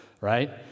right